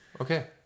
okay